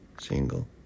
single